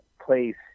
place